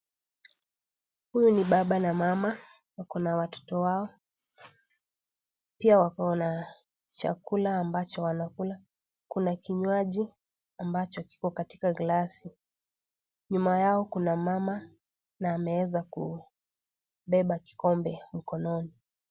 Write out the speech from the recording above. Huyu ni baba na mama, wako na watoto wao, pia wako na chakula ambacho wanakula. Kuna kinywaji ambacho kiko katika glasi. Nyuma yao kuna mama, na ameweza kubeba kikombe mkononi.